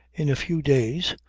in a few days,